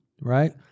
right